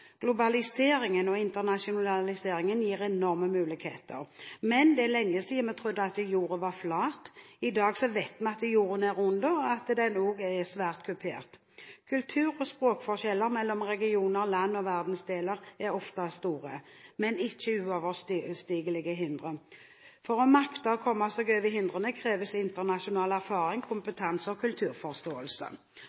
Globaliseringen og internasjonaliseringen gir enorme muligheter, men det er lenge siden vi trodde jorden var flat. I dag vet vi at jorden er rund, og at den også er svært kupert. Kultur- og språkforskjeller mellom regioner, land og verdensdeler er ofte store, men ikke uoverstigelige hindre. For å makte å komme seg over hindrene kreves internasjonal erfaring,